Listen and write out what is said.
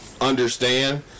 understand